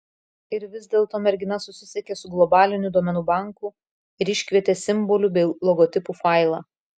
ir vis dėlto mergina susisiekė su globaliniu duomenų banku ir iškvietė simbolių bei logotipų failą